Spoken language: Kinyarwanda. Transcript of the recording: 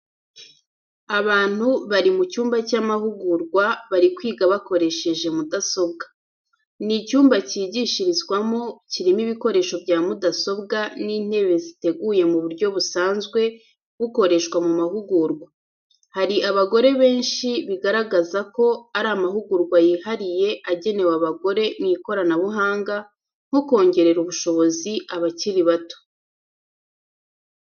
Abantu bari mu cyumba cy'amahugurwa, bari kwiga bakoresheje mudasobwa. Ni icyumba cyigishirizwamo, kirimo ibikoresho bya mudasobwa n’intebe ziteguye mu buryo busanzwe bukoreshwa mu mahugurwa. Hari abagore benshi bigaragaza ko ari amahugurwa yihariye agenewe abagore mu ikoranabuhanga, nko kongerera ubushobozi abakiri bato